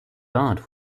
aunt